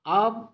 आब